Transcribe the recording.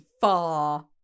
Far